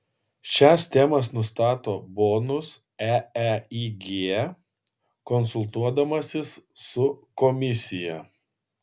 šias temas nustato bonus eeig konsultuodamasis su komisija